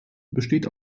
besteht